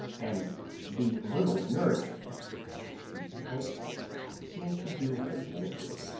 and the little nourishment which she could take seemed to do her no good.